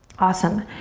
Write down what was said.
awesome.